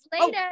later